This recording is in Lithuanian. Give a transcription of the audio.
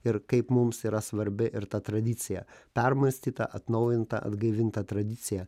ir kaip mums yra svarbi ir ta tradicija permąstyta atnaujinta atgaivinta tradicija